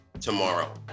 tomorrow